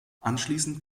anschließend